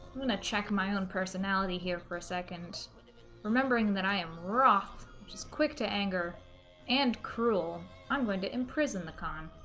i'm gonna check my own personality here for a second remembering that i am roth which is quick to anger and cruel i'm going to imprison the khan